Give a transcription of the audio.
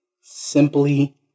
Simply